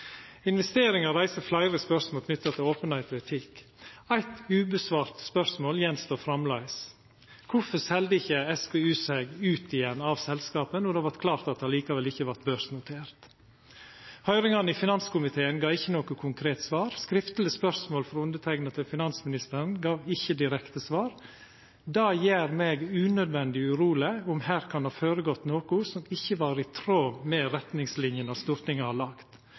Investeringa reiser fleire spørsmål knytte til openheit og etikk. Det står framleis att å svara på eitt spørsmål: Kvifor selde ikkje SPU seg ut igjen av selskapet då det vart klart at det likevel ikkje vart børsnotert? Høyringane i finanskomiteen gav ikkje noko konkret svar. Skriftleg spørsmål frå underteikna til finansministeren gav ikkje direkte svar. Det gjer meg unødvendig uroleg for om her kan ha føregått noko som ikkje var i tråd med retningslinene Stortinget har lagt.